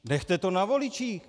Nechte to na voličích.